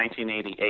1988